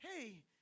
hey